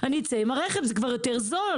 כי זה יותר זול.